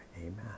amen